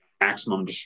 maximum